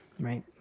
right